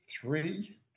three